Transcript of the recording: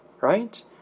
Right